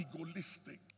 egoistic